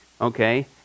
Okay